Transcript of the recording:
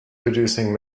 producing